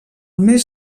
mes